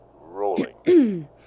Rolling